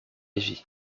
ivy